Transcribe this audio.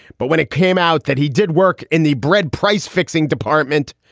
but when it came out that he did work in the bread price fixing department,